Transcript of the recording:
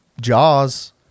Jaws